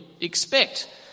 expect